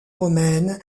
romaine